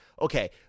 Okay